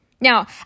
Now